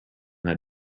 that